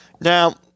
Now